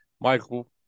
Michael